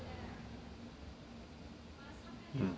mm